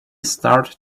start